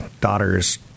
Daughters